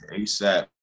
ASAP